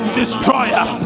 destroyer